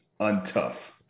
untough